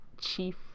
chief